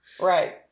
Right